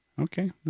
Okay